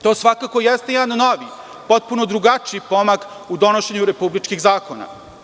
To svakako jeste jedan novi, potpuno drugačiji pomak u donošenju republičkih zakona.